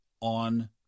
on